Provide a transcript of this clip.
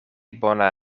bona